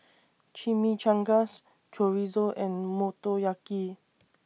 Chimichangas Chorizo and Motoyaki